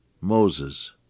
Moses